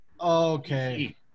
okay